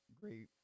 great